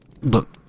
Look